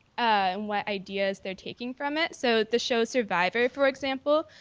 and what ideas they're taking from it. so the show survivor, for example,